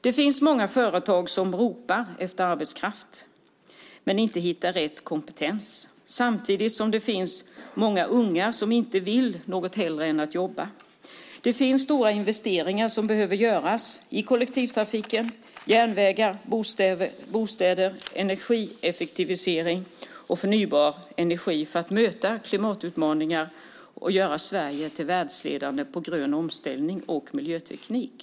Det finns många företag som ropar efter arbetskraft men inte hittar rätt kompetens. Samtidigt finns det många unga som inget hellre vill än att jobba. Det behöver göras stora investeringar i kollektivtrafik, järnvägar och bostäder liksom i energieffektivisering och förnybar energi för att kunna möta klimatutmaningar och göra Sverige världsledande på grön omställning och miljöteknik.